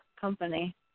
company